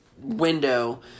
window